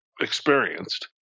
experienced